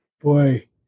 boy